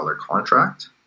contract